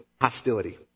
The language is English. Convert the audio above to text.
hostility